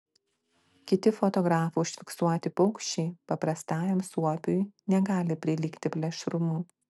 kiti fotografų užfiksuoti paukščiai paprastajam suopiui negali prilygti plėšrumu